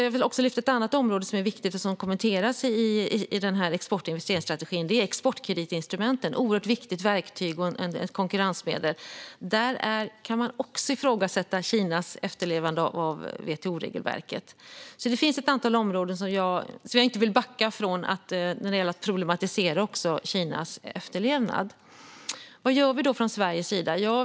Jag vill också ta upp ett annat område som är viktigt och som kommenteras i export och investeringsstrategin, och det är exportkreditinstrumenten. Det är ett oerhört viktigt verktyg och konkurrensmedel. Där kan man också ifrågasätta Kinas efterlevnad av WTO-regelverket. Det finns alltså ett antal områden där jag inte vill backa från att problematisera Kinas efterlevnad. Vad gör vi då från Sveriges sida?